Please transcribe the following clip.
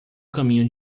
caminho